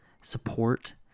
support